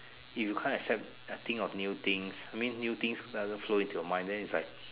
if you can't accept a thing or new things I mean new things doesn't flow into your mind then it's like